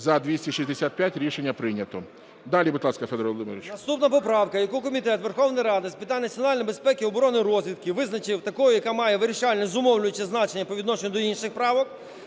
За-265 Рішення прийнято. Далі, будь ласка, Федоре Володимировичу. 13:41:44 ВЕНІСЛАВСЬКИЙ Ф.В. Наступна поправка, яку Комітет Верховної Ради з питань національної безпеки, оборони та розвідки визначив такою, яка має вирішальне, зумовлююче значення по відношенню до інших правок,